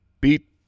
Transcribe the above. beat